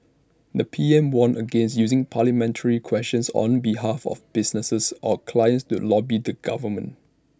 the P M warned against using parliamentary questions on behalf of businesses or clients to lobby the government